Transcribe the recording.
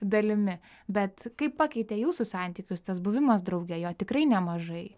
dalimi bet kaip pakeitė jūsų santykius tas buvimas drauge jo tikrai nemažai